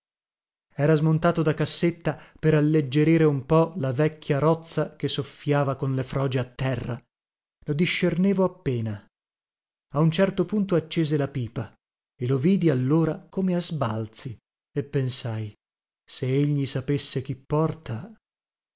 era smontato da cassetta per alleggerire un po la vecchia rozza che soffiava con le froge a terra lo discernevo appena a un certo punto accese la pipa e lo vidi allora come a sbalzi e pensai se egli sapesse chi porta